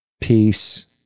peace